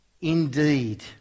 indeed